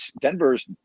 Denver's